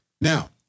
Now